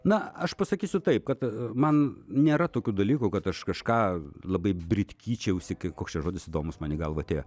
na aš pasakysiu taip kad man nėra tokių dalykų kad aš kažką labai britkyčiausi kai koks čia žodis įdomus man į galvą atėjo